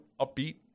Upbeat